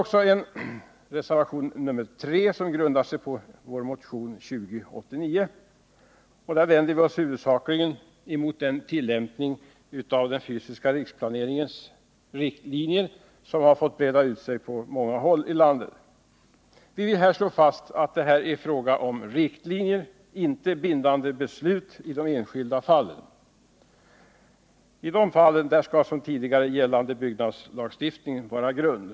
I reservationen 3, som grundar sig på vår motion nr 2089, vänder vi oss huvudsakligen mot den tillämpning av den fysiska riksplaneringens riktlinjer som fått breda ut sig på många håll i landet. Vi vill slå fast att det är fråga om riktlinjer, inte om bindande beslut i de enskilda fallen. I dessa skall nu gällande byggnadslagstiftning vara grund.